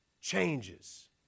changes